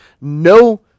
no